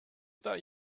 start